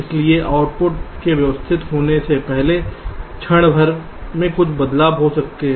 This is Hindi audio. इसलिए आउटपुट के व्यवस्थित होने से पहले क्षण भर में कुछ बदलाव हो सकते हैं